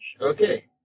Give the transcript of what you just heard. Okay